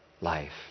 life